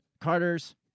Carter's